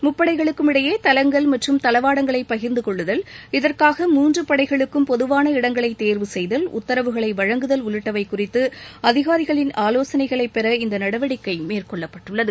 முப்படைகளுக்கும் இடையே தலங்கள் மற்றும் தளவாடங்களை பகிர்ந்து கொள்ளுதல் இதற்காக மூன்று படைகளுக்கும் பொதுவான இடங்களை தேர்வு செய்தல் உத்தரவுகளை வழங்குதல் உள்ளிட்டவை குறித்து அதிகாரிகளின் ஆலோசனைகளை பெற இந்த நடவடிக்கை மேற்கொள்ளப்பட்டுள்ளது